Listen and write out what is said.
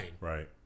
Right